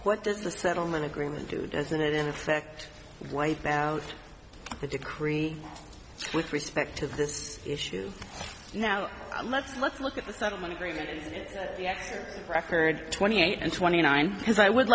what does the settlement agreement do doesn't it in effect wipe out the decree with respect to this issue now let's let's look at the settlement agreement yet record twenty eight and twenty nine because i would